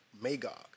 Magog